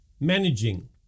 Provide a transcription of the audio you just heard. managing